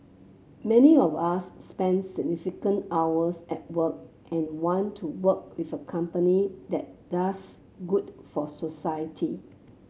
many of us spend significant hours at work and want to work with a company that does good for society